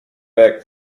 back